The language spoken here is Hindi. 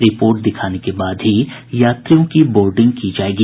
रिपोर्ट दिखाने के बाद ही यात्रियों की बोर्डिंग की जायेगी